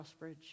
Crossbridge